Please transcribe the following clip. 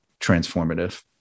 transformative